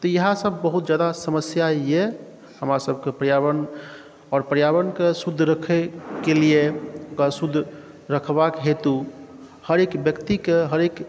तऽ इएहसभ बहुत ज़्यादा समस्या यऽ हमरसभके पर्यावरण आओर पर्यावरणक शुद्ध रखैके लियै ओकरा शुद्ध रखबाक हेतु हरेक व्यक्तिके हरेक